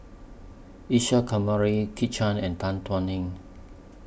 Isa Kamari Kit Chan and Tan Thuan Heng